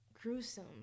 gruesome